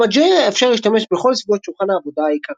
ב־Mageia אפשר להשתמש בכל סביבות שולחן העבודה העיקריות.